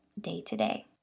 day-to-day